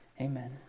Amen